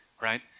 right